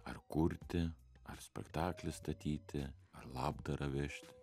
ar kurti ar spektaklį statyti ar labdarą vežti